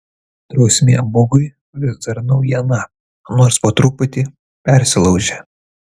drausmė bugui vis dar naujiena nors po truputį persilaužia